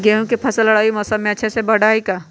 गेंहू के फ़सल रबी मौसम में अच्छे से बढ़ हई का?